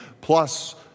plus